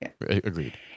Agreed